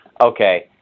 okay